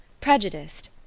prejudiced